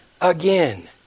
again